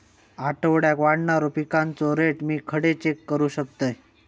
आठवड्याक वाढणारो पिकांचो रेट मी खडे चेक करू शकतय?